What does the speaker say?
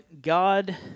god